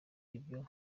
ibyo